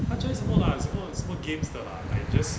but as long as as for games though just